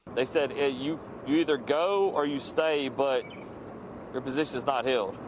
they said ah you either go or you stay, but your position is not held.